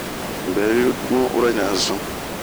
Unbɛ yu bun ura ɲa zunh.